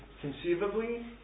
conceivably